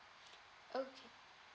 okay